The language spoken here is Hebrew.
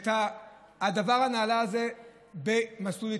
ואת הדבר הנעלה הזה במסלול התנגשות.